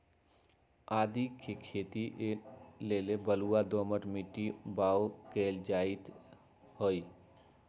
आदीके खेती लेल बलूआ दोमट माटी में बाओ कएल जाइत हई